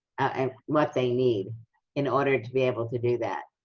um what they need in order to be able to do that.